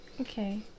okay